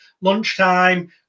lunchtime